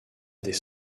des